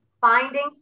finding